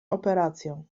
operacją